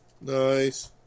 Nice